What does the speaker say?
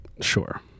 Sure